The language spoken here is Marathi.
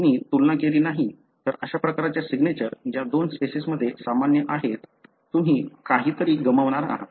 जर तुम्ही तुलना केली नाही तर अशा प्रकारच्या सिग्नेचर ज्या दोन स्पेसिसमध्ये सामान्य आहेत तुम्ही काही तरी गमावणार आहात